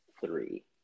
three